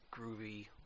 groovy